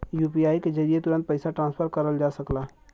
UPI के जरिये तुरंत पइसा ट्रांसफर करल जा सकला